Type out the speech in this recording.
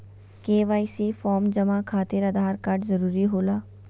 KYC form जमा खातिर Aadhaar card जरूरी होला?